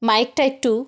মাইকটা একটু